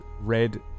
red